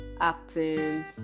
acting